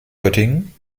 göttingen